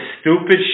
stupid